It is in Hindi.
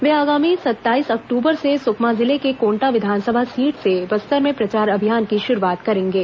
वे आगामी सत्ताईस अक्टूबर से सुकमा जिले के कोंटा विधानसभा सीट से बस्तर में प्रचार अभियान की शुरूआत करेंगे